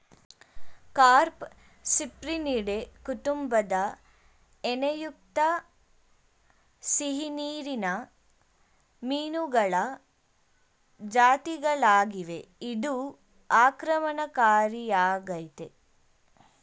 carp Cyprinidae ಕುಟುಂಬದ ಎಣ್ಣೆಯುಕ್ತ ಸಿಹಿನೀರಿನ ಮೀನುಗಳ ಜಾತಿಗಳಾಗಿವೆ ಇದು ಆಕ್ರಮಣಕಾರಿಯಾಗಯ್ತೆ